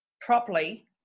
properly